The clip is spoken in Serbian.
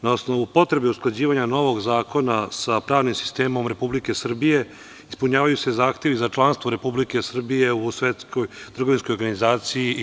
Na osnovu potrebe usklađivanja novog zakona sa pravnim sistemom Republike Srbije, ispunjavaju se zahtevi za članstvo Republike Srbije u Svetskoj trgovinskog organizaciji i EU.